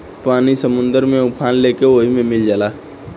पानी समुंदर में उफान लेके ओहि मे मिल जाला